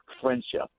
friendship